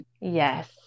yes